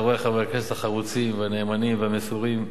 חברי חברי הכנסת החרוצים והנאמנים והמסורים,